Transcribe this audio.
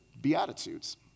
Beatitudes